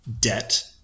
debt